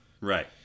Right